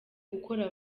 gukora